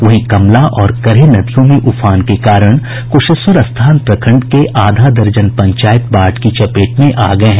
वहीं कमला और करेह नदियों में उफान के कारण क्शेश्वरस्थान प्रखंड के आधा दर्जन पंचायत बाढ़ की चपेट में आ गये हैं